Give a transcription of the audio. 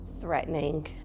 threatening